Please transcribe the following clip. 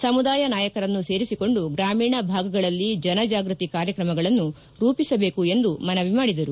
ಸಮುದಾಯ ನಾಯಕರನ್ನು ಸೇರಿಸಿಕೊಂಡು ಗ್ರಾಮೀಣ ಭಾಗಗಳಲ್ಲಿ ಜನಜಾಗೃತಿ ಕಾರ್ಯಕ್ರಮಗಳನ್ನು ರೂಪಿಸಬೇಕು ಎಂದು ಮನವಿ ಮಾಡಿದರು